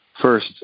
first